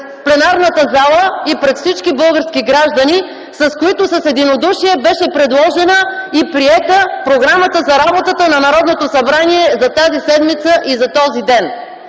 пленарната зала и пред всички български граждани, като с единодушие беше предложена и приета програмата за работата на Народното събрание за тази седмица и за този ден?